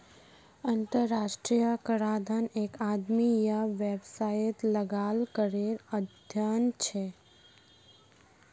अंतर्राष्ट्रीय कराधन एक आदमी या वैवसायेत लगाल करेर अध्यन छे